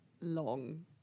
long